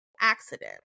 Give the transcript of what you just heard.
accident